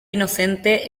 inocente